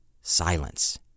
silence